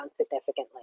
significantly